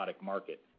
market